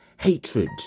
hatred